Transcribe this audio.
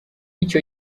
ico